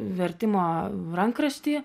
vertimo rankraštį